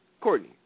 Courtney